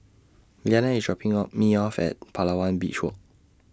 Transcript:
Leana IS dropping of dropping Me off At Palawan Beach Walk